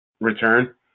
return